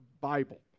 Bible